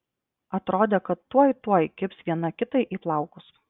atrodė kad tuoj tuoj kibs viena kitai į plaukus